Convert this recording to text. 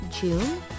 June